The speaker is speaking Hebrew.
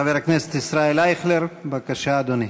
חבר הכנסת ישראל אייכלר, בבקשה, אדוני.